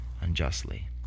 unjustly